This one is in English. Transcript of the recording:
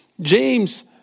James